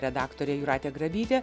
redaktorė jūratė grabytė